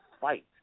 fight